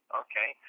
okay